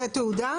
שזה תעודה?